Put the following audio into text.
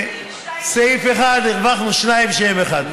בסעיף 1 הרווחנו שניים שהם אחד.